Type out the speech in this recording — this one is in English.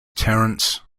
terence